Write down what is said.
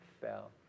fell